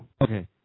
okay